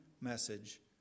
message